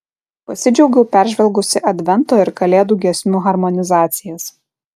pasidžiaugiau peržvelgusi advento ir kalėdų giesmių harmonizacijas